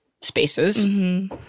spaces